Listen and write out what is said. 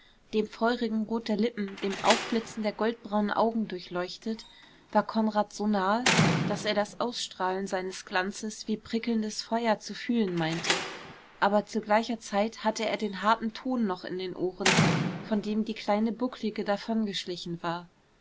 dem feurigen rot der lippen dem aufblitzen der goldbraunen augen durchleuchtet war konrad so nahe daß er das ausstrahlen seines glanzes wie prickelndes feuer zu fühlen meinte aber zu gleicher zeit hatte er den harten ton noch in den ohren vor dem die kleine bucklige davongeschlichen war